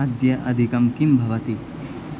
अद्य अधिकं किं भवति